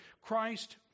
Christ